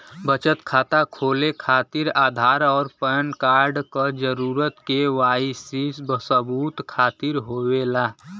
बचत खाता खोले खातिर आधार और पैनकार्ड क जरूरत के वाइ सी सबूत खातिर होवेला